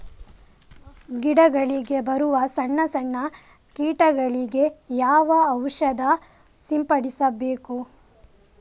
ಗಿಡಗಳಿಗೆ ಬರುವ ಸಣ್ಣ ಸಣ್ಣ ಕೀಟಗಳಿಗೆ ಯಾವ ಔಷಧ ಸಿಂಪಡಿಸಬೇಕು?